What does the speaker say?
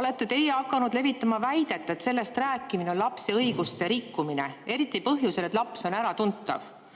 olete teie hakanud levitama väidet, et sellest rääkimine on lapse õiguste rikkumine, eriti põhjusel, et laps on äratuntav.